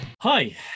Hi